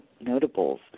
notables